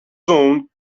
zone